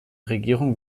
regierung